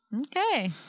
Okay